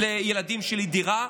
לילדים שלי דירה,